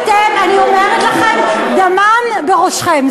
אדוני היושב-ראש, אני אומרת לכם: דמן בראשכם.